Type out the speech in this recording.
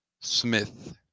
Smith